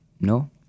No